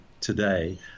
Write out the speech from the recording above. today